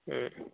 ம்